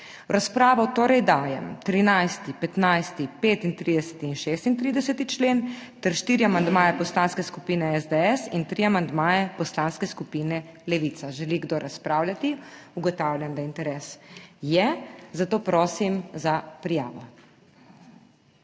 razpravo torej dajem 13., 15., 35. in 36. člen ter štiri amandmaje Poslanske skupine SDS in tri amandmaje Poslanske skupine Levica. Želi kdo razpravljati? Ugotavljam, da interes je, zato prosim za prijavo.